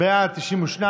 בעד, 33,